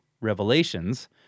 Revelations